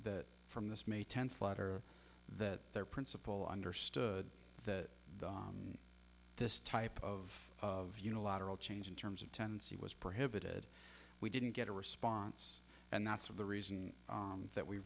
that from this may tenth letter that their principal understood that this type of of unilateral change in terms of tenancy was prohibited we didn't get a response and that's of the reason that we